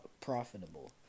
profitable